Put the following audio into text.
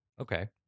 Okay